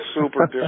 super